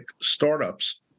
startups